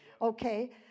Okay